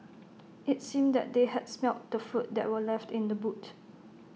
IT seemed that they had smelt the food that were left in the boot